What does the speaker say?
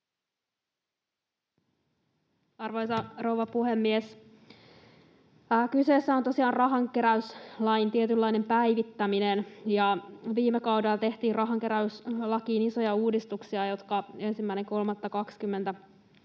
Arvoisa rouva puhemies! Kyseessä on tosiaan rahankeräyslain tietynlainen päivittäminen. Viime kaudella tehtiin rahankeräyslakiin isoja uudistuksia, jotka 1.3.20